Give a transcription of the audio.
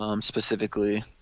specifically